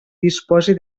disposi